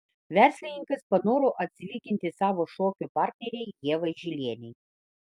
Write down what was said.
verslininkas panoro atsilyginti savo šokių partnerei ievai žilienei